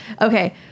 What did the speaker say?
Okay